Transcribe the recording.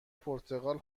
پرتقال